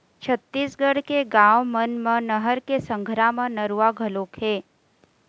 छत्तीसगढ़ के गाँव मन म नहर के संघरा म नरूवा घलोक हे